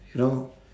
you know